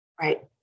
Right